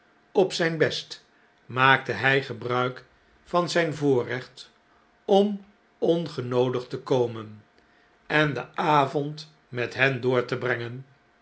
op zjjn best maakte hy gebruik van zfln voorrecht om ongenoodigd te komen en den avond met hen door te brengen